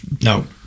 no